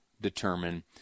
determine